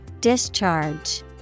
Discharge